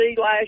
last